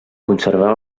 conservar